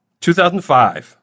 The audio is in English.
2005